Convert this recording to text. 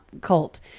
cult